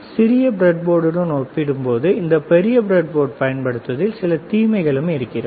சிறிய ப்ரெட்போர்டுடன் ஒப்பிடும்போது இந்த ப்ரெட்போர்டைப் பயன்படுத்துவதில் சில தீமைகள் இருக்கிறது